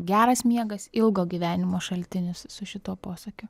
geras miegas ilgo gyvenimo šaltinis su šituo posakiu